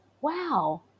wow